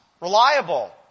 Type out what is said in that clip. reliable